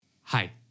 Hi